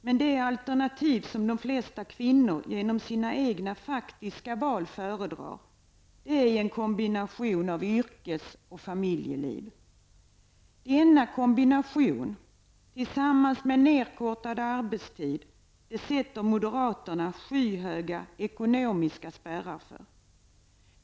Men det alternativ, som de flesta kvinnor genom sina egna faktiska val föredrar, är en kombination av yrkes och familjeliv. Denna kombination, tillsammans med en nerkortad arbetstid sätter moderaterna skyhöga ekonomiska spärrar för.